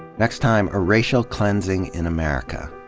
next time, a racia l cleansing in america,